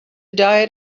diet